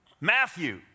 Matthew